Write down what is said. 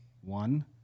One